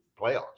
playoffs